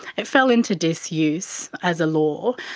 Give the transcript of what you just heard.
it fell into disuse as a law,